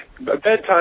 bedtime